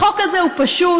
החוק הזה הוא פשוט,